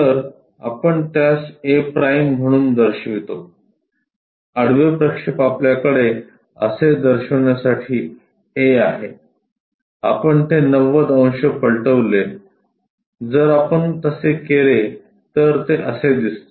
तर आपण त्यास a' म्हणून दर्शवितो आडवे प्रक्षेप आपल्याकडे असे दर्शविण्यासाठी a आहे आपण ते 90 अंश पलटवले जर आपण तसे केले तर ते असे दिसते